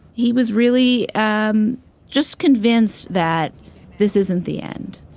he was really um just convinced that this isn't the end.